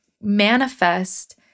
manifest